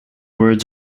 words